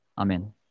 Amen